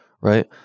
right